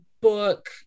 book